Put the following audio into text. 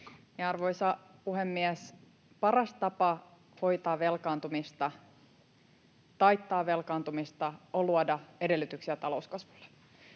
Arvoisa puhemies! Paras tapa hoitaa velkaantumista, taittaa velkaantumista, on luoda edellytyksiä talouskasvulle.